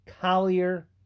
Collier